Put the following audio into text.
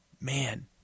Man